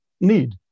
need